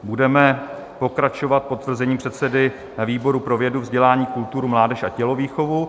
Budeme pokračovat potvrzením předsedy výboru pro vědu, vzdělání, kulturu, mládež a tělovýchovu,